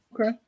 Okay